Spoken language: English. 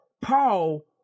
Paul